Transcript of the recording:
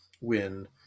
win